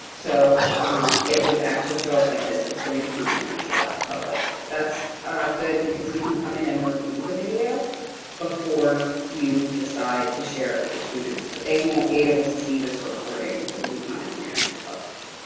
so it would actually show up like this before you come in and select publish. that's good because you can come in and review the video before you decide to share it with your students, but they won't be able to see this recording until you come in here and hit publish.